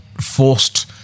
forced